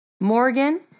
Morgan